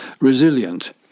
resilient